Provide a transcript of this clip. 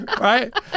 Right